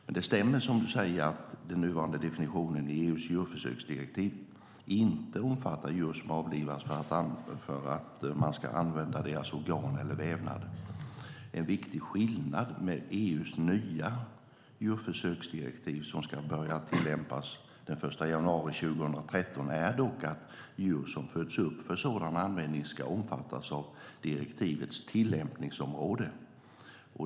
Det stämmer dock som Jens Holm säger: Den nuvarande definitionen i EU:s djurförsöksdirektiv omfattar inte djur som avlivas för att man ska använda deras organ eller vävnader. En viktig skillnad med EU:s nya djurförsöksdirektiv, som ska börja tillämpas den 1 januari 2013, är dock att djur som föds upp för sådan användning ska omfattas av direktivets tillämpningsområde.